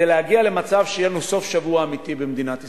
להגיע למצב שיהיה לנו סוף שבוע אמיתי במדינת ישראל,